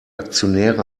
aktionäre